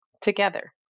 together